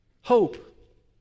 Hope